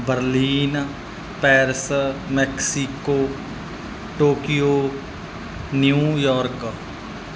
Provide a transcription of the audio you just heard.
Berlin Paris Mexico Tokyo New York